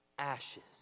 ashes